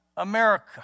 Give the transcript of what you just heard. America